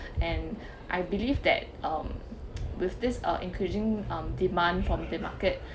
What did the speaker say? and I believe that um with this uh increasing demand from the market